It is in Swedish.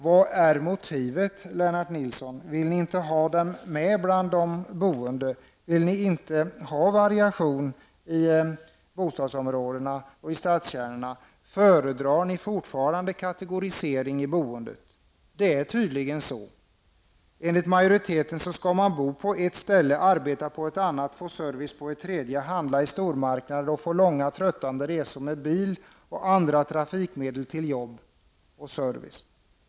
Vad är motivet, Lennart Nilsson? Vill ni inte ha dem bland de boende? Vill ni inte ha variation i bostadsområdena och i stadskärnorna? Föredrar ni fortfarande kategorisering i boendet? Det är tydligen så. Enligt majoriteten skall man bo på ett ställe, arbeta på ett annat, få service på ett tredje, handla i stormarknader och få långa tröttande resor med bil och andra trafikmedel till jobb och service.